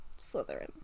Slytherin